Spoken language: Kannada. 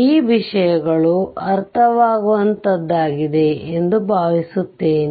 ಈ ವಿಷಯಗಳು ಅರ್ಥವಾಗುವಂತಹದ್ದಾಗಿದೆ ಎಂದು ಭಾವಿಸುತ್ತೇನೆ